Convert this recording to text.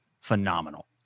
phenomenal